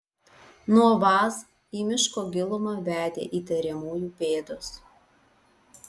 nuo vaz į miško gilumą vedė įtariamųjų pėdos